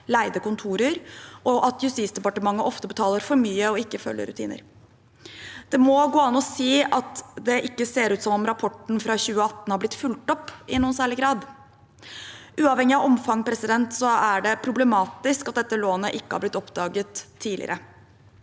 leide kontorer, og at Justisdepartementet ofte betaler for mye og ikke følger rutiner. Det må gå an å si at det ikke ser ut som om rapporten fra 2018 har blitt fulgt opp i noen særlig grad. Uavhengig av omfanget er det problematisk at dette lånet ikke har blitt oppdaget tidligere.